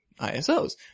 ISOs